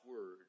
word